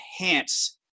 enhance